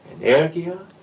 energia